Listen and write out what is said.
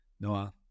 Noah